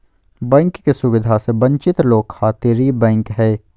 bank के सुविधा से वंचित लोग खातिर ई बैंक हय